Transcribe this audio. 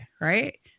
right